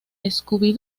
scooby